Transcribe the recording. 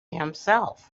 himself